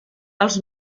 els